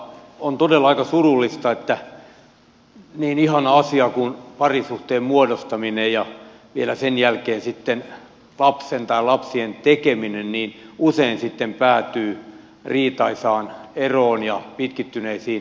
on todella aika surullista että niin ihana asia kuin parisuhteen muodostaminen ja vielä sen jälkeen sitten lapsen tai lapsien tekeminen usein sitten päätyy riitaisaan eroon ja pitkittyneisiin oikeudenkäynteihin